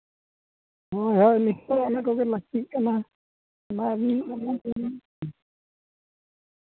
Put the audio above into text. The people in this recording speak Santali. ᱦᱮᱸ ᱦᱳᱭ ᱱᱤᱥᱪᱳᱭ ᱚᱱᱟᱠᱚᱜᱮ ᱞᱟᱹᱠᱛᱤᱜ ᱠᱟᱱᱟ